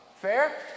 Fair